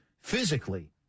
physically